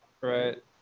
Right